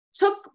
took